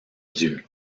dieu